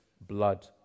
blood